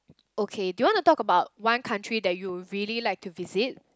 okay do you wanna talk about one country that you really like to visit